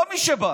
לא מי שבא.